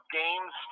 games